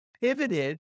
pivoted